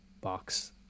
box